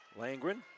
Langren